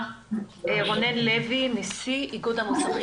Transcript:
רונן לוי נשיא איגוד המוסכים